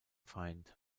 feind